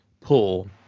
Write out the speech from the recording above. pull